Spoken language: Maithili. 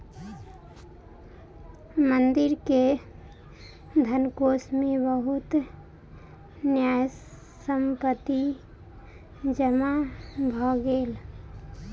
मंदिर के धनकोष मे बहुत न्यास संपत्ति जमा भ गेल